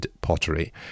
pottery